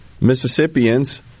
Mississippians